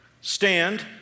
stand